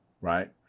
Right